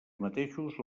mateixos